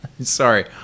Sorry